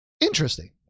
interesting